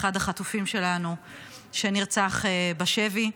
אחד החטופים שלנו שנרצח בשבי,